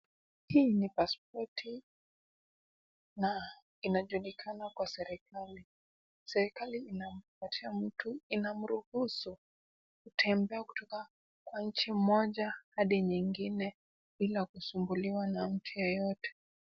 Hii ni pasipoti na inajulikana kwa serikali. Serikali inapatia mtu, inamruhusu kutembea kutoka katika nchi moja hadi nyingine bila kusumbuliwa na mtu yeyote.